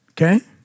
Okay